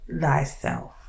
thyself